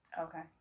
Okay